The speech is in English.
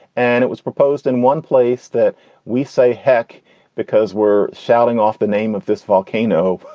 and it was proposed in one place that we say heck because we're shouting off the name of this volcano.